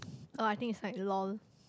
oh I think it's like lol